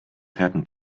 happened